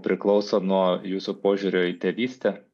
priklauso nuo jūsų požiūrio į tėvystę